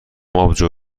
آبجو